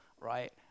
right